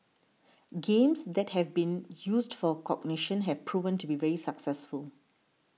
games that have been used for cognition have proven to be very successful